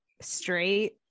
straight